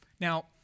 Now